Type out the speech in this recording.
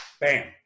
bam